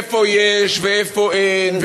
איפה יש ואיפה אין,